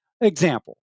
Example